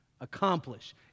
Accomplish